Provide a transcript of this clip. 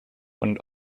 und